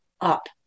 up